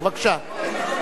בבקשה.